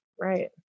right